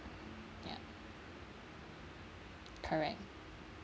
ya correct